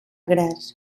graz